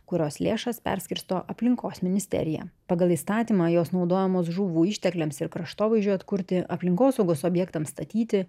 kurios lėšas perskirsto aplinkos ministerija pagal įstatymą jos naudojamos žuvų ištekliams ir kraštovaizdžiui atkurti aplinkosaugos objektams statyti